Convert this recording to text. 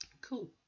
Cool